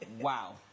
Wow